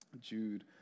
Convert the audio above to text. Jude